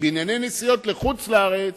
ובענייני נסיעות לחוץ-לארץ,